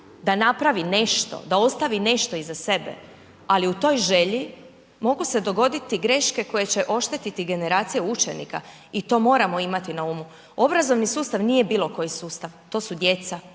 da napravi nešto, da ostavi nešto iza sebe, ali u toj želji mogu se dogoditi greške koje će oštetiti generacije učenika i to moramo imati na umu, obrazovni sustav nije bilo koji sustav, to su djeca,